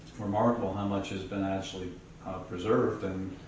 remarkable how much has been actually preserved and